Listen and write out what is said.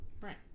right